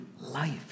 life